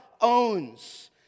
owns